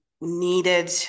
needed